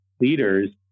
leaders